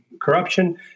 corruption